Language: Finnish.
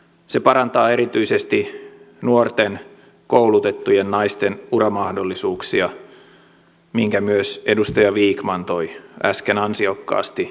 se parantaa erityisesti nuorten koulutettujen naisten uramahdollisuuksia minkä myös edustaja vikman toi äsken ansiokkaasti esille